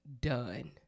done